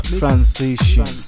transition